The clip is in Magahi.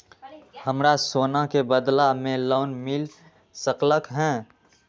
हमरा सोना के बदला में लोन मिल सकलक ह?